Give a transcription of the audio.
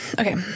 Okay